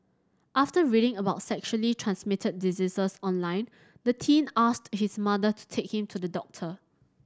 after reading about sexually transmitted diseases online the teen asked his mother to take him to the doctor